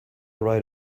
right